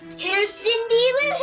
here's cindy lou